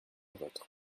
vôtre